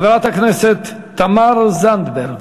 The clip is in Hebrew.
חברת הכנסת תמר זנדברג,